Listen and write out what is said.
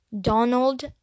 Donald